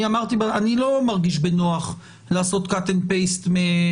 אני אמרתי אני לא מרגיש בנוח לעשות cut and paste מעבירות